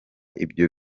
ibyo